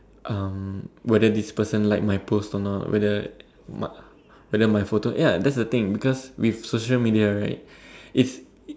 um whether this person like my post or not whether my whether my photo ya that's the thing because with social media right it's